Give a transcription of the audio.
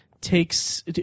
takes